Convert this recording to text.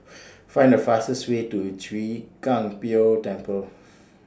Find The fastest Way to Chwee Kang Beo Temple